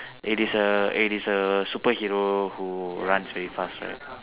it is a it is a superhero who runs away fast right